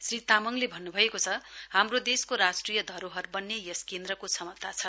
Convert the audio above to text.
श्री तामङले भन्नुभएको छ हाम्रो देशको राष्ट्रिय धरोहर बन्ने यस केन्द्रको क्षमता छ